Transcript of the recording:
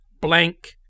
blank